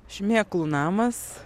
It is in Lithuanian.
šmėklų namas